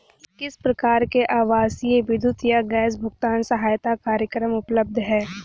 किस प्रकार के आवासीय विद्युत या गैस भुगतान सहायता कार्यक्रम उपलब्ध हैं?